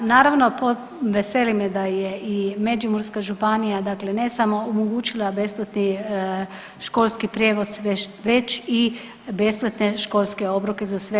Naravno veseli me da je i Međimurska županija dakle ne samo omogućila besplatni školski prijevoz već i besplatne školske obroke za sve.